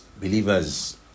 believers